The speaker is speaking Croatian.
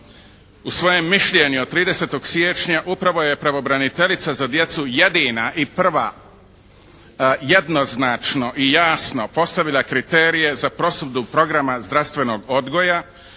U svojem mišljenju 30. siječnja upravo je pravobraniteljica za djecu jedina i prva jednoznačno i jasno postavila kriterije za prosudbu programa zdravstvenog odgoja